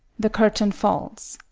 the curtain falls.